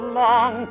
long